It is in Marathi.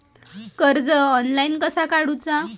कर्ज ऑनलाइन कसा काडूचा?